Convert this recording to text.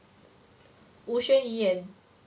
吴宣仪 and